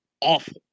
awful